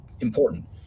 important